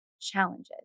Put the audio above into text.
challenges